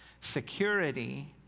security